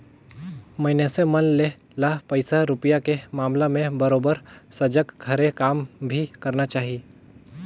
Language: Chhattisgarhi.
मइनसे मन से ल पइसा रूपिया के मामला में बरोबर सजग हरे काम भी करना चाही